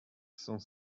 cent